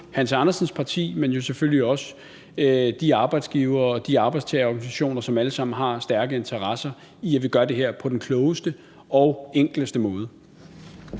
Hans Andersens parti, men selvfølgelig også de arbejdsgiver- og arbejdstagerorganisationer, som alle sammen har stærke interesser i, at vi gør det her på den klogeste og enkleste måde.